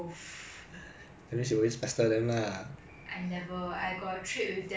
of course lah 我这样好 leh they ask ask me for cheat sheet 我也给 eh